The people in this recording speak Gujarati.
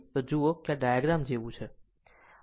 તો જુઓ આ ડાયાગ્રામ આ જેવું છે